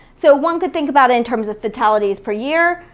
so one could think about it in terms of fatalities per year,